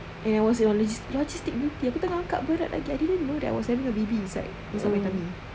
and I was in on logistic duty aku tengah angkat berat lagi I didn't know that I was having a baby inside inside my tummy